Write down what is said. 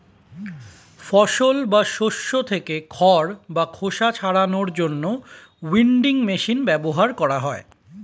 ফসল বা শস্য থেকে খড় বা খোসা ছাড়ানোর জন্য উইনউইং মেশিন ব্যবহার করা হয়